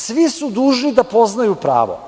Svi su dužni da poznaju pravo.